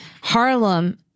Harlem